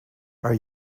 are